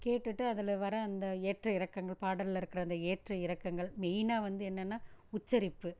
கேட்டுவிட்டு அதில் வர அந்த ஏற்ற இறக்கங்கள் பாடலில் இருக்கிற அந்த ஏற்ற இறக்கங்கள் மெயினாக வந்து என்னென்னா உச்சரிப்பு